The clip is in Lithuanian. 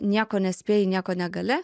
nieko nespėji nieko negali